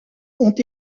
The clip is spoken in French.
ont